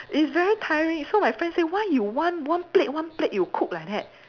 it's very tiring so my friend say why you one one plate one plate you cook like that